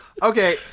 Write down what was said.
Okay